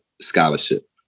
scholarship